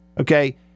Okay